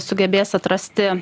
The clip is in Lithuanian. sugebės atrasti